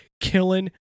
killing